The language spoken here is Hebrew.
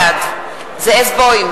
בעד זאב בוים,